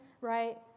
Right